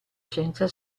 senza